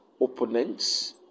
opponents